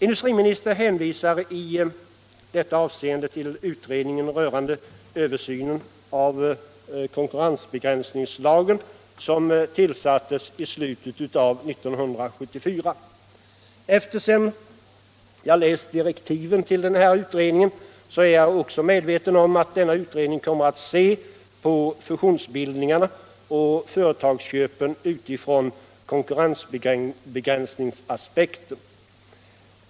Industriministern hänvisar i detta avseende till utredningen rörande översyn av konkurrensbegränsningslagen som tillsattes i slutet av 1974. Sedan jag läst direktiven till denna utredning är jag också medveten om att denna utredning kommer att se på fusionsbildningarna och företagsköpen utifrån konkurrensbegränsningsaspekten.